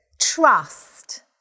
trust